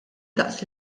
daqs